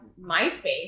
MySpace